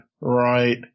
right